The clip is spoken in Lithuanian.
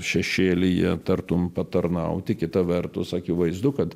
šešėlyje tartum patarnauti kita vertus akivaizdu kad